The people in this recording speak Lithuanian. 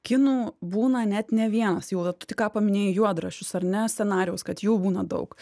kinų būna net ne vienas jų va tu tik ką paminėjai juodraščius ar ne scenarijaus kad jų būna daug